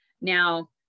Now